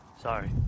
Sorry